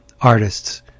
artists